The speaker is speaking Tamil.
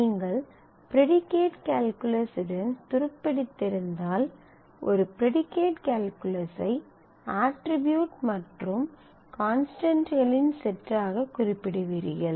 நீங்கள் ப்ரீடிகேட் கால்குலஸுடன் துருப்பிடித்திருந்தால் ஒரு ப்ரீடிகேட் கால்குலஸை அட்ரிபியூட்கள் மற்றும் கான்ஸ்டன்ட்களின் செட் ஆக குறிப்பிடுவீர்கள்